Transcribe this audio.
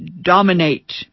dominate